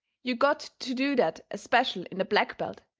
you got to do that especial in the black belt,